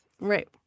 Right